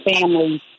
families